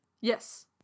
Yes